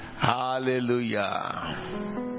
hallelujah